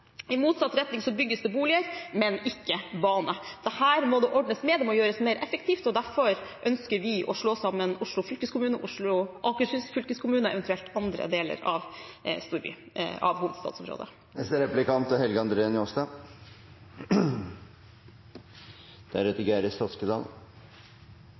i motsatt retning bygges boliger, men ikke bane. Dette må ordnes, det må gjøres mer effektivt; derfor ønsker vi å slå sammen Oslo fylkeskommune og Akershus fylkeskommune og eventuelt andre deler av hovedstadsområdet. Eg registrerer at Arbeidarpartiet bruker merkelappen «stor ståhei for ingenting», men likevel er